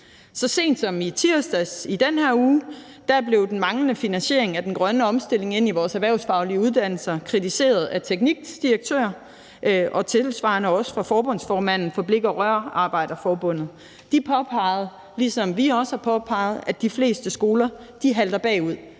Så sent som i tirsdags i den her uge blev den manglende finansiering af den grønne omstilling ind i vores erhvervsfaglige uddannelser kritiseret af TEKNIQs direktør og tilsvarende også af forbundsformanden for Blik- og Rørarbejderforbundet. De påpegede, ligesom vi også har påpeget, at de fleste skoler halter bagud,